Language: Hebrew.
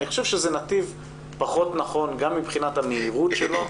אני חושב שזה נתיב פחות נכון גם מבחינת המהירות שלו,